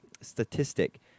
statistic